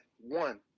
one